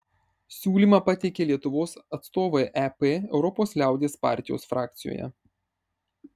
siūlymą pateikė lietuvos atstovai ep europos liaudies partijos frakcijoje